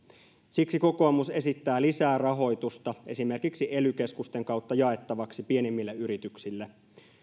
siksi kokoomus esittää lisää rahoitusta esimerkiksi ely keskusten kautta jaettavaksi pienimmille yrityksille